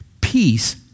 peace